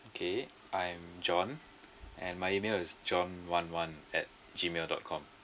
okay I am john and my email is john one one at gmail dot com